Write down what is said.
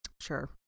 Sure